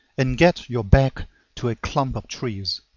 and get your back to a clump of trees.